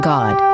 God